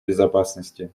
безопасности